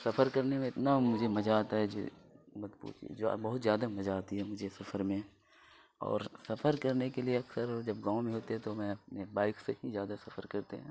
سفر کرنے میں اتنا مجھے مزہ آتا ہے مت پوچھیے جو اب بہت زیادہ مزہ آتی ہے مجھے سفر میں اور سفر کرنے کے لیے اکثر جب گاؤں میں ہوتے ہیں تو میں اپنے بائک سے ہی زیادہ سفر کرتے ہیں